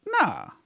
Nah